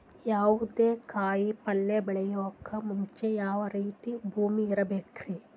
ಯಾವುದೇ ಕಾಯಿ ಪಲ್ಯ ಬೆಳೆಯೋಕ್ ಮುಂಚೆ ಯಾವ ರೀತಿ ಭೂಮಿ ಇರಬೇಕ್ರಿ?